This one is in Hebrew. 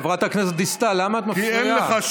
חברת הכנסת דיסטל, למה את מפריעה?